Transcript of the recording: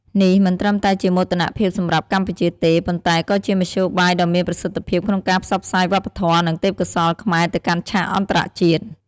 នេះមិនត្រឹមតែជាមោទនភាពសម្រាប់កម្ពុជាទេ ប៉ុន្តែក៏ជាមធ្យោបាយដ៏មានប្រសិទ្ធភាពក្នុងការផ្សព្វផ្សាយវប្បធម៌ និងទេពកោសល្យខ្មែរទៅកាន់ឆាកអន្តរជាតិ។